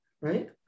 right